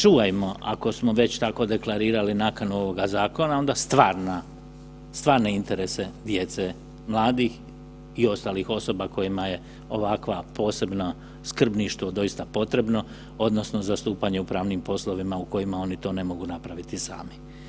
Čuvajmo ako smo već tako deklarirali nakanu ovoga zakona onda stvarne interese djece, mladih i ostalih osoba kojima je ovakva posebno skrbništvo posebno potrebno odnosno zastupanje u pravnim poslovima u kojima oni to ne mogu napraviti sami.